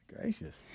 Gracious